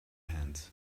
hands